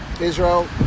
Israel